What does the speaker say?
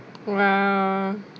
!wow!